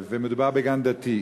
מדובר בגן דתי.